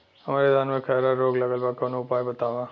हमरे धान में खैरा रोग लगल बा कवनो उपाय बतावा?